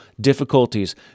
difficulties